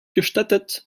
gestattet